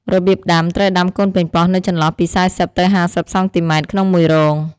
របៀបដាំ ត្រូវដាំកូនប៉េងប៉ោះនៅចន្លោះពី ៤០ ទៅ ៥០ សង់ទីម៉ែត្រក្នុងមួយរង។